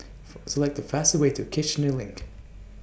For Select The fastest Way to Kiichener LINK